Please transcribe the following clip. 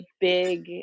big